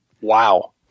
Wow